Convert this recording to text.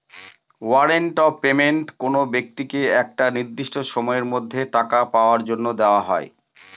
warrant of payment কোনো ব্যক্তিকে একটা নির্দিষ্ট সময়ের মধ্যে টাকা পাওয়ার জন্য দেওয়া হয়